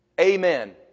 Amen